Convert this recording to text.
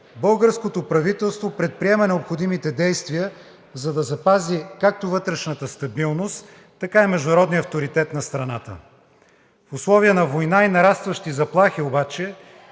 българското правителство предприема необходимите действия, за да запази както вътрешната стабилност, така и международния авторитет на страната. В условия на война и нарастващи заплахи обаче